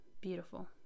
beautiful